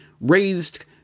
raised